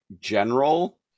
general